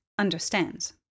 understands